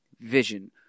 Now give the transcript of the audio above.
Vision